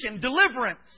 deliverance